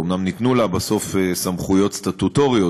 אומנם ניתנו לה בסוף סמכויות סטטוטוריות,